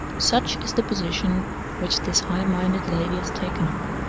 such is the position which this high-minded lady has taken up,